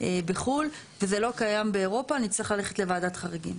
בחו"ל וזה לא קיים באירופה נצטרך ללכת לוועדת חריגים.